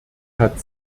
hat